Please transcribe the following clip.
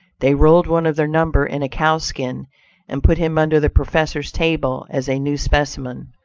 they rolled one of their number in a cow skin and put him under the professor's table as a new specimen.